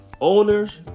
owners